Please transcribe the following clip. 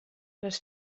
les